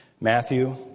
Matthew